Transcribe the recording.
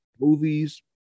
movies